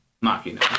Machina